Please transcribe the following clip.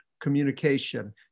communication